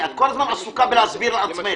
גם לא יוגש.